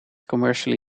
commercially